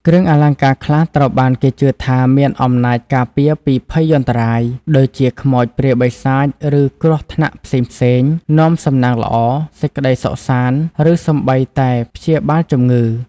គ្រឿងអលង្ការខ្លះត្រូវបានគេជឿថាមាន អំណាចការពារពីភយន្តរាយ (ដូចជាខ្មោចព្រាយបិសាច ឬគ្រោះថ្នាក់ផ្សេងៗ) នាំ សំណាងល្អ សេចក្តីសុខសាន្ត ឬសូម្បីតែ ព្យាបាលជំងឺ។